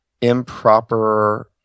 improper